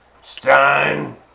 stein